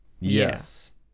Yes